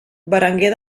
berenguer